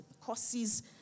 causes